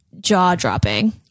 jaw-dropping